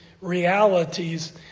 realities